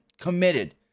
committed